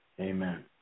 Amen